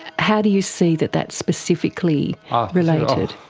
how do you see that that specifically related?